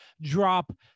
drop